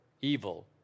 evil